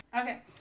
Okay